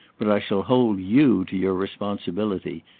but i shall hold you to your responsibility.